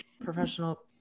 professional